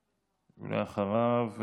ואחריו,